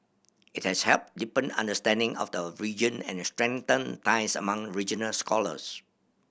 it has helped deepen understanding of the region and strengthened ties among regional scholars